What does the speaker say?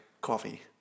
coffee